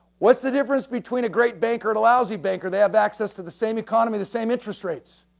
what's the difference between a great baker and a lousy baker? they have access to the same economy, the same interest rates.